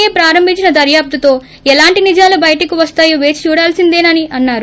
ఏ ప్రారంబించిన దర్యాప్పుతో ఎలాంటి నిజాలు బయటకు వస్తాయో పేచ్ చూడాల్సినదే నని అన్నారు